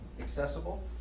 accessible